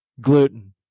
gluten